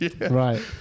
Right